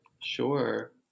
Sure